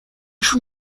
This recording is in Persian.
شون